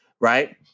right